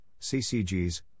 CCGs